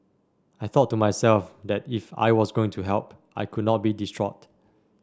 i thought to myself that if I was going to help I could not be distraught